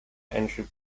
entry